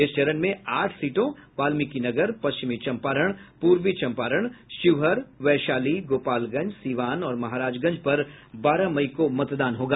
इस चरण में आठ सीटों वाल्मिकीनगर पश्चिमी चंपारण पूर्वी चंपारण शिवहर वैशाली गोपालगंज सीवान और महाराजगंज पर बारह मई को मतदान होगा